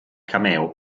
cameo